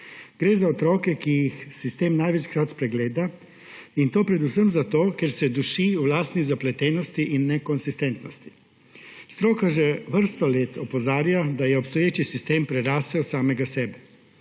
Gre za otroke, ki jih sistem največkrat spregleda, in to predvsem zato, ker se dušijo v lastni zapletenosti in nekonsistentnosti. Stroka že vrsto let opozarja, da je obstoječi sistem prerasel samega sebe.